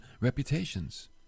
reputations